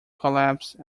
collapse